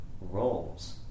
roles